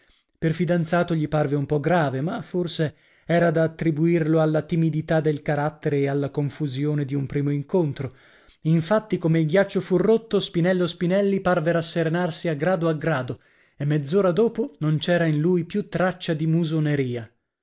per fidanzato gli parve un po grave ma forse era da attribuirlo alla timidità del carattere e alla confusione di un primo incontro infatti come il ghiaccio fu rotto spinello spinelli parve rasserenarsi a grado a grado e mezz'ora dopo non c'era in lui più traccia di musoneria